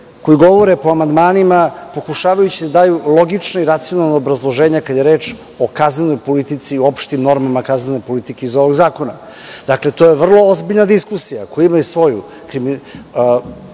koji govore po amandmanima, pokušavajući da daju logična i racionalna obrazloženja, kada je reč o kaznenoj politici, o opštim normama kaznene politike iz ovog zakona. Dakle, to je vrlo ozbiljna diskusija, koja ima svoju sociološku